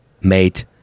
mate